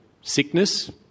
sickness